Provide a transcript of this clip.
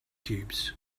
cubes